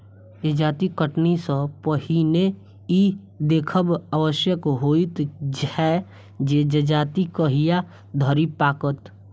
जजाति कटनी सॅ पहिने ई देखब आवश्यक होइत छै जे जजाति कहिया धरि पाकत